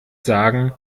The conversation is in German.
sagen